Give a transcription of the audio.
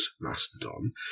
Mastodon